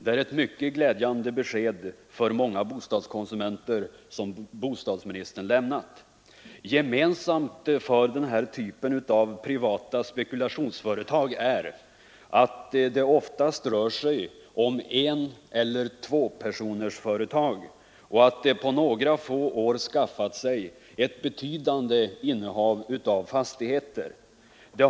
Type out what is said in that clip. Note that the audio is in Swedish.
Det är ett för många bostadskonsumenter mycket glädjande besked som bostadsministern lämnat. Gemensamt för den här typen av privata spekulationsföretag är att det oftast rör sig om eneller tvåpersonsföretag och att de på några få år skaffat sig ett betydande innehav av fastigheter.